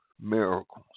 miracles